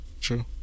True